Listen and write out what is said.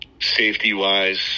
Safety-wise